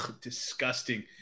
Disgusting